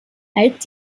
als